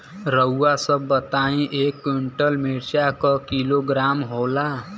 रउआ सभ बताई एक कुन्टल मिर्चा क किलोग्राम होला?